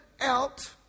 out